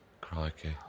Crikey